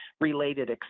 related